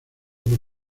por